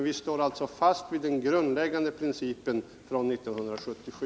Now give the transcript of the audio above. Vi står alltså fast vid den grundläggande principen från 1977.